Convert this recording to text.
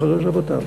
ואחרי זה הוות"ל.